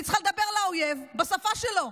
אני צריכה לדבר לאויב בשפה שלו.